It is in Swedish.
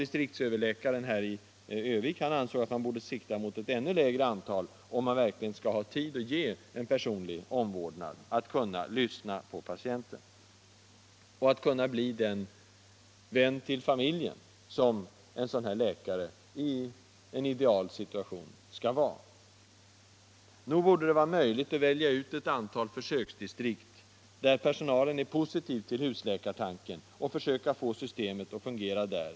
Distriktsöverläkaren i Örnsköldsvik ansåg att man borde sikta mot ett ännu lägre antal, för att läkaren verkligen skall få tid att ge personlig omvårdnad, kunna lyssna på patienten och kunna bli den vän till familjen som en sådan här läkare i en idealsituation skall vara. Nog borde det vara möjligt att välja ut ett antal försöksdistrikt, där personalen är positiv till husläkartanken, och försöka få systemet att fungera där.